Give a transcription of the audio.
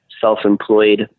self-employed